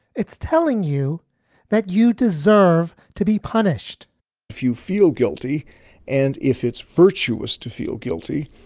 it's telling you that you deserve to be punished if you feel guilty and if it's virtuous to feel guilty,